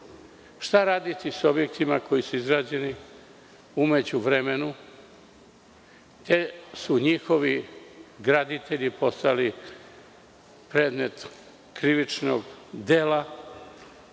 Šta raditi sa objektima koji su izgrađeni u međuvremenu, te su njihovi graditelji postali predmet krivičnog dela?